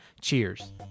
Cheers